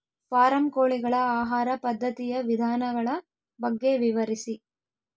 Form ಕೋಳಿಗಳ ಆಹಾರ ಪದ್ಧತಿಯ ವಿಧಾನಗಳ ಬಗ್ಗೆ ವಿವರಿಸಿ?